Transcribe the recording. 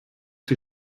die